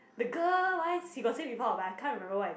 the girl wise you got say before but I can't remember what is it